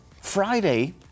Friday